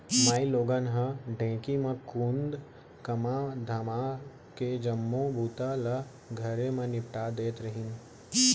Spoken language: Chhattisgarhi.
माइलोगन मन ह ढेंकी म खुंद कमा धमाके जम्मो बूता ल घरे म निपटा देत रहिन